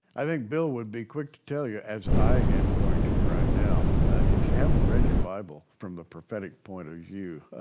i think bill would be quick to tell you as i am going to right now if you haven't read you bible from the prophetic point of view,